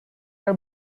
are